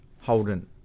Holden